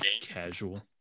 Casual